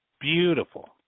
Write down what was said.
Beautiful